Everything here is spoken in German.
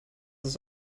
das